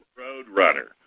Roadrunner